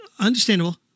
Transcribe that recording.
understandable